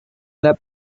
that